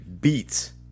beats